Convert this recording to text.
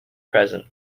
present